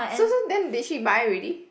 so so then did she buy already